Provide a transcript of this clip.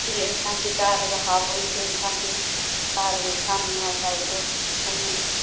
ꯁꯤ ꯑꯦꯟꯁꯥꯡꯁꯤ ꯆꯥꯔꯒ ꯍꯥꯎꯔꯣꯏ ꯁꯤ ꯑꯦꯟꯁꯥꯡꯁꯤ ꯆꯥꯔꯒ ꯏꯁꯥ ꯅꯨꯡꯉꯥꯏ ꯍꯥꯏꯕꯗꯨ ꯈꯪꯒꯅꯤ